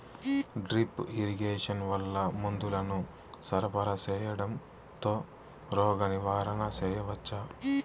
Drip irrigation వల్ల మందులను సరఫరా సేయడం తో రోగ నివారణ చేయవచ్చా?